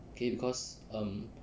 okay because um